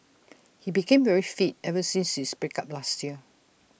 he became very fit ever since his break up last year